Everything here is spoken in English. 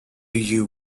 you